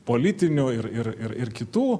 politinių ir ir ir kitų